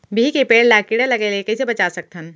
बिही के पेड़ ला कीड़ा लगे ले कइसे बचा सकथन?